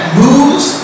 moves